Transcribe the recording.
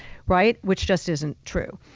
right? which just isn't true.